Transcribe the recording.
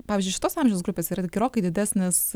pavyzdžiui šitos amžiaus grupės yra gerokai didesnis